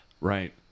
Right